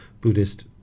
Buddhist